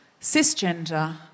cisgender